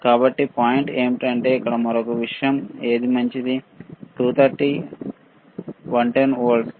కాబట్టి విషయం ఏమిటంటే ఇది మరొక అంశం ఏది మంచిది 110 230 వోల్ట్లు